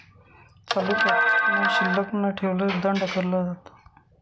चालू खात्यात किमान शिल्लक न ठेवल्यास दंड आकारला जातो